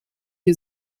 die